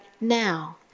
now